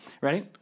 ready